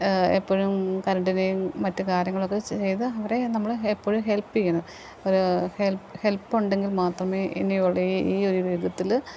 എപ്പോഴും കരണ്ടിനെയും മറ്റു കാര്യങ്ങളൊക്കെ ചെയ്ത് അവരെ നമ്മൾ എപ്പോഴും ഹെൽപ്പ് ചെയ്യുന്നു അവർ ഹെൽപ്പ് ഉണ്ടെങ്കിൽ മാത്രമേ ഇനിയുള്ള ഈ ഈ ഒരു യുഗത്തിൽ